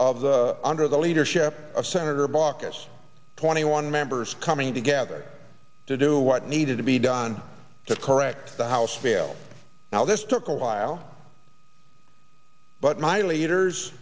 of the under the leadership of senator baucus twenty one members coming together to do what needed to be done to correct the house fail now this took a while but my leaders